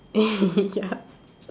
ya